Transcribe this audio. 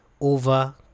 over